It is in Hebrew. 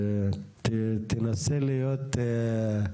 תנסה להיות,